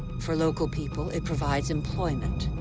for local people, it provides employment.